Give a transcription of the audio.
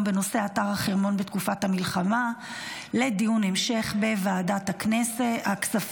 בנושא אתר החרמון בתקופת המלחמה לדיון המשך בוועדת הכספים.